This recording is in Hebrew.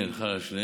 כן, חל על שניהם.